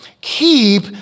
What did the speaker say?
Keep